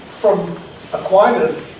from aquinas